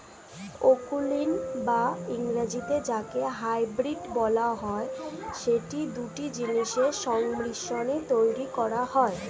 অকুলীন বা ইংরেজিতে যাকে হাইব্রিড বলা হয়, সেটি দুটো জিনিসের সংমিশ্রণে তৈরী করা হয়